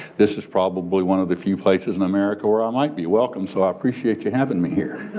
this is probably one of the few places in america where i might be welcome so i appreciate you having me here.